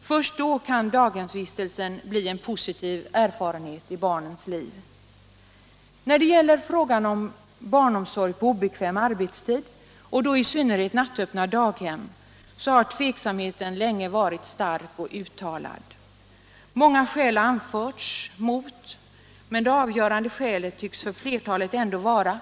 Först då kan daghemsvistelsen bli en positiv erfarenhet i barnets liv. När det gäller frågan om barnomsorg på obekväm arbetstid och då i synnerhet frågan om nattöppna daghem har tveksamheten länge varit stark och uttalad. Många skäl har anförts mot införandet av nattöppna daghem, men det avgörande i sammanhanget tycks för flertalet vara